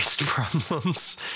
problems